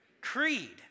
Creed